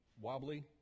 wobbly